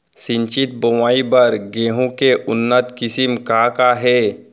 सिंचित बोआई बर गेहूँ के उन्नत किसिम का का हे??